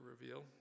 reveal